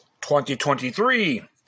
2023